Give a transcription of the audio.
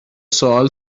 سؤال